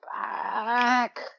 back